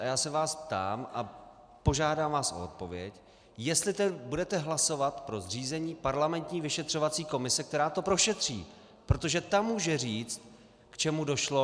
A já se vás ptám a požádám vás o odpověď, jestli tedy budete hlasovat pro zřízení parlamentní vyšetřovací komise, která to prošetří, protože ta může říct, k čemu došlo.